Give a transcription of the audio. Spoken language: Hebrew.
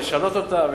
לשנות אותן,